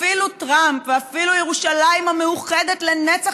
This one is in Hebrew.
אפילו טראמפ ואפילו ירושלים המאוחדת לנצח